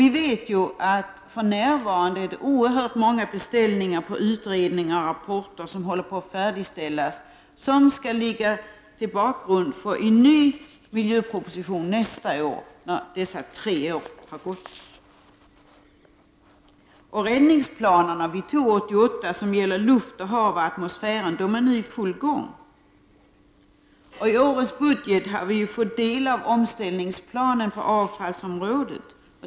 Vi vet ju att det för närvarande är oerhört många beställningar på utredningar och rapporter som håller på att färdigställas. De skall ligga till grund för en ny miljöproposition nästa år. De räddningsplaner vi antog 1988 och som gäller luft, hav och atmosfär är i full gång. I årets budget har vi fått ta del av omställningsplanen för avfallsområdet.